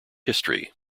history